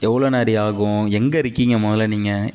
எவ்வளோ நாழி ஆகும் எங்கே இருக்கீங்க முதல்ல நீங்கள்